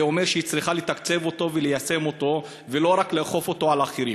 זה אומר שהיא צריכה לתקצב אותו וליישם אותו ולא רק לאכוף אותו על אחרים.